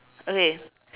okay